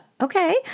okay